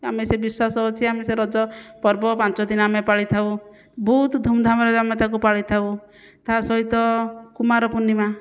ଆମେ ସେ ବିଶ୍ଵାସ ଅଛି ଆମେ ସେ ରଜ ପର୍ବ ପାଞ୍ଚଦିନ ଆମେ ପାଳିଥାଉ ବହୁତ ଧୁମ୍ଧାମ୍ରେ ଆମେ ତାକୁ ପାଳିଥାଉ ତାହା ସହିତ କୁମାରପୂର୍ଣ୍ଣିମା